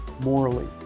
Morally